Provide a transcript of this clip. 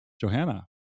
Johanna